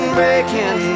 breaking